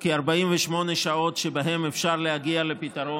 כ-48 שעות שבהן אפשר להגיע לפתרון.